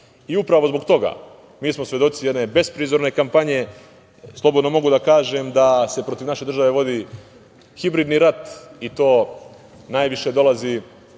rade. Upravo zbog toga smo mi svedoci jedne besprizorne kampanje. Slobodno mogu da kažem da se protiv naše države vodi hibridni rat, i to najviše dolazi